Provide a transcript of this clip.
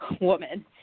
woman